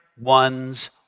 one's